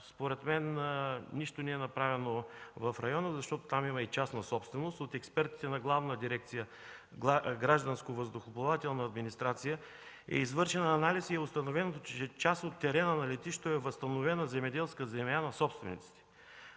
Според мен нищо не е направено в района, защото там има и частна собственост. От експертите на Главна дирекция „Гражданско-въздухоплавателна администрация“ е извършен анализ и е установено, че част от терена на летището е възстановена земеделска земя на собствениците.